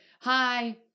hi